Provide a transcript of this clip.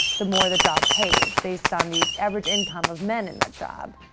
the more the job pays, based on the average income of men in that job.